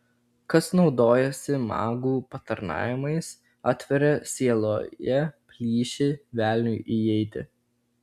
kas naudojasi magų patarnavimais atveria sieloje plyšį velniui įeiti